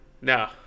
no